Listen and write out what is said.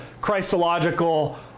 Christological